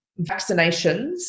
vaccinations